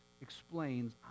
explains